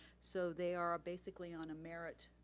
so they are basically on a merit.